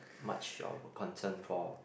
much of concern for